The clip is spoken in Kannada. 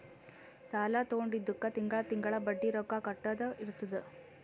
ಸಾಲಾ ತೊಂಡಿದ್ದುಕ್ ತಿಂಗಳಾ ತಿಂಗಳಾ ಬಡ್ಡಿ ರೊಕ್ಕಾ ಕಟ್ಟದ್ ಇರ್ತುದ್